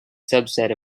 subset